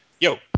yo